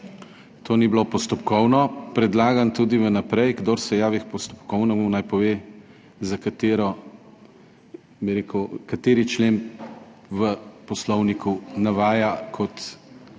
To ni bilo postopkovno. Predlagam tudi vnaprej, kdor se javi k postopkovnemu, naj pove za katero, bi rekel, kateri člen v Poslovniku navaja kot